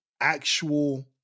actual